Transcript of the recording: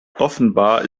offenbar